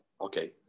Okay